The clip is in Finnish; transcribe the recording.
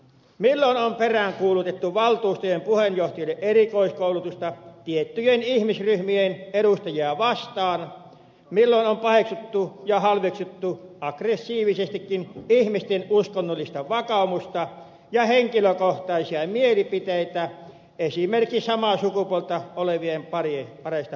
milloin on peräänkuulutettu valtuustojen puheenjohtajille erikoiskoulutusta tiettyjen ihmisryhmien edustajia vastaan milloin on paheksuttu ja halveksittu aggressiivisestikin ihmisten uskonnollista vakaumusta ja henkilökohtaisia mielipiteitä esimerkiksi samaa sukupuolta olevista pareista puhuttaessa